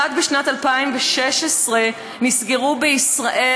רק בשנת 2016 נסגרו בישראל